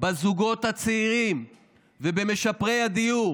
בזוגות הצעירים ובמשפרי הדיור